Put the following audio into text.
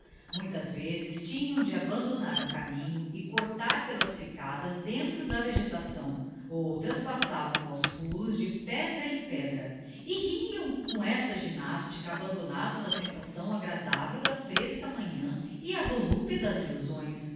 muitas vezes tinham de abandonar o caminho e cortar pelas picadas dentro da vegetação outras passavam aos pulos de pedra em pedra e riam com essa gymnastica abandonados á sensação agradável da fresca manhã e á volúpia das illusões